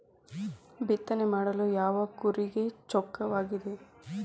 ಬಿತ್ತನೆ ಮಾಡಲು ಯಾವ ಕೂರಿಗೆ ಚೊಕ್ಕವಾಗಿದೆ?